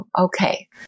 Okay